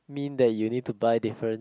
mean that you need to buy different